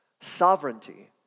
Sovereignty